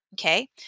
okay